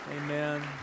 Amen